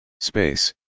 Space